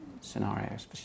scenarios